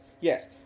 yes